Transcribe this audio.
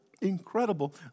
incredible